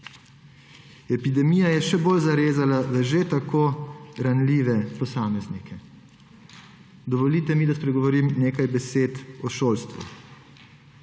Epidemija je še bolj zarezala že tako ranljive posameznike. Dovolite mi, da spregovorim nekaj besed o šolstvu,